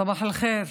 סבאח אל-ח'יר,